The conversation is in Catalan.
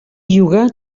jugà